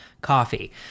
coffee